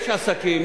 יש עסקים,